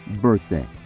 birthday